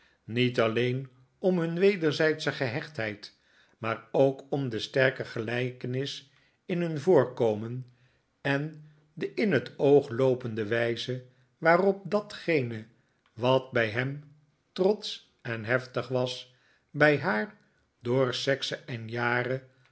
niet alleen om iran wederzijdsche gehechtheid maar ook om de sterke gelijkenis in hun voorkomen en de in het oog loopende wijze waarop datgene wat bij hem trotsch en heftig was bij haar door sekse en jaren